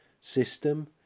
system